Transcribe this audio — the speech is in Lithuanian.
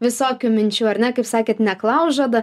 visokių minčių ar ne kaip sakėt neklaužada